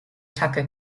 tucker